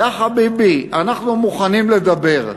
יא חביבי, אנחנו מוכנים לדבר.